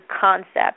concept